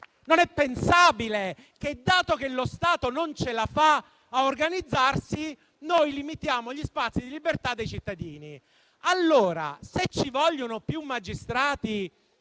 Non è pensabile - dato che lo Stato non ce la fa a organizzarsi - limitare gli spazi di libertà dei cittadini. Allora, se ci vogliono più magistrati